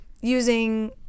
using